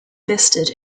vested